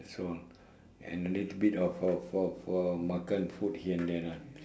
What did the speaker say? that's all and a little bit of of of makan food here and there lah